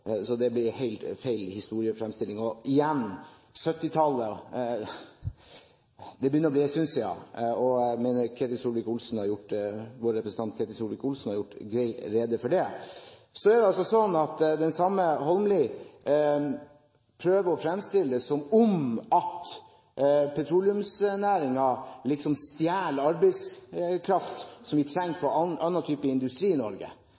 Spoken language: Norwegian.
så det blir helt feil historiefremstilling. Igjen, 1970-tallet begynner å bli en stund siden, og jeg mener vår representant Ketil Solvik-Olsen har gjort greit rede for det. Så prøver den samme Holmelid å fremstille det som om petroleumsnæringen liksom stjeler arbeidskraft som vi trenger i annen type industri i Norge.